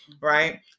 right